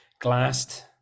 glassed